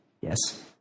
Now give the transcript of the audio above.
yes